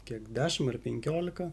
kiek dešim ar penkiolika